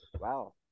Wow